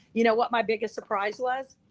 you know what my biggest surprise was?